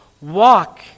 walk